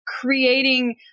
creating